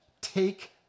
take